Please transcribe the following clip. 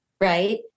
right